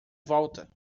volta